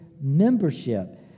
membership